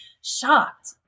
shocked